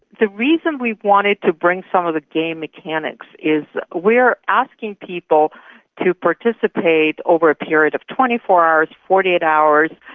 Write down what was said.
the reason we wanted to bring some of the game mechanics is we are asking people to participate over a period of twenty four hours, forty eight hours,